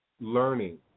learning